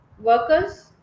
workers